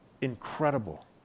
incredible